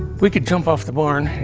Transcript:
we could jump off the barn.